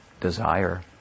desire